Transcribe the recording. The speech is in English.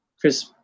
Chris